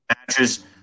matches